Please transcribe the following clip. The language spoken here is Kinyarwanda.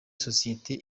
sosiyete